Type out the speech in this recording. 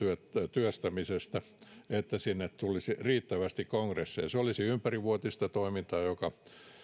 työstämisestä että sinne tulisi riittävästi kongresseja se olisi ympärivuotista toimintaa joka